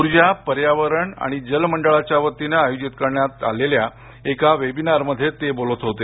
ऊर्जा पर्यावरण आणि जल मंडळाच्या वतीने आयोजित करण्यात आलेल्या एका वेबिनार मध्ये ते बोलत होते